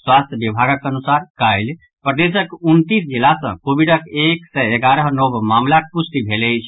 स्वास्थ्य विभागक अनुसार काल्हि प्रदेशक उनतीस जिला सॅ कोविडक एक सय एगारह नव मामिलाक पुष्टि भेल अछि